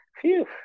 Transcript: Phew